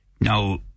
Now